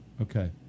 Okay